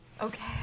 Okay